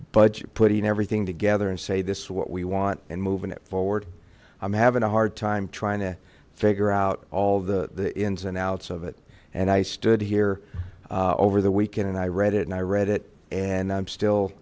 you're putting everything together and say this what we want and moving it forward i'm having a hard time trying to figure out all the ins and outs of it and i stood here over the weekend and i read it and i read it and i'm still